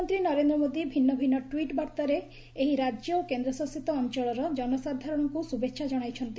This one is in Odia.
ପ୍ରଧାନମନ୍ତ୍ରୀ ନରେନ୍ଦ୍ର ମୋଦି ଭିନ୍ନ ଭିନ୍ନ ଟ୍ୱିଟ୍ ବାର୍ତ୍ତାରେ ଏହି ରାଜ୍ୟ ଓ କେନ୍ଦ୍ରଶାସିତ ଅଞ୍ଚଳର କନସାଧାରଣଙ୍କୁ ଶୁଭେଚ୍ଛା ଜଣାଇଛନ୍ତି